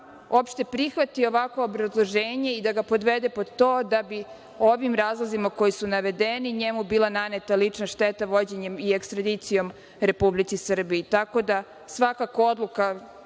uopšte da prihvati ovakvo obrazloženje i da ga podvede pod to da bi o ovim razlozima koji su navedeni njemu bila naneta lična šteta, vođenjem i ekstradicijom Republici Srbiji. Svakako odluka